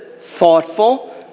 thoughtful